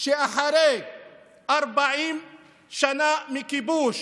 שאחרי 40 שנה של כיבוש